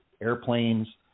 airplanes